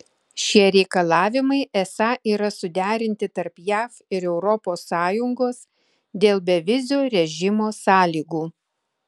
šie reikalavimai esą yra suderinti tarp jav ir europos sąjungos dėl bevizio režimo sąlygų